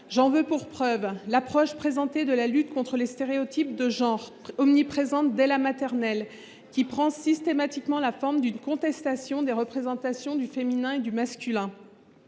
J’en veux pour preuve l’approche de la lutte contre les stéréotypes de genre, omniprésente dès la maternelle, qui prend systématiquement la forme d’une contestation des représentations du féminin et du masculin.